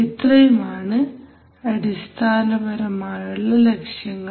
ഇത്രയും ആണ് അടിസ്ഥാനമായുള്ള ലക്ഷ്യങ്ങൾ